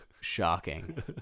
shocking